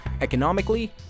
economically